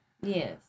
Yes